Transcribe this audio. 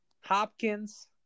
Hopkins